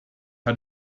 hat